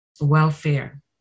welfare